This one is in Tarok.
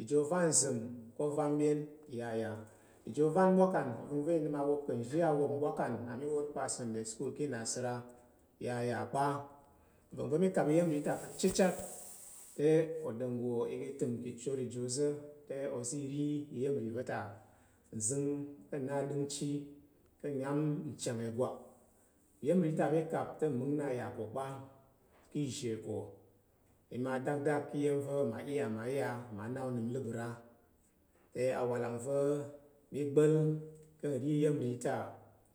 iji ova̱m nza̱m ko nvan byen yaya iji ovan bwakan ova̱ngva̱ i nəm awap kuzi awop nbwakan namiwo pa a sunday school ka̱ li iya̱m vi. tan.